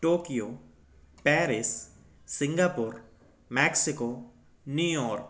Tokyo Paris Singapore Mexico New York